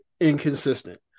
inconsistent